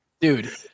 dude